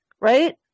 right